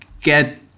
get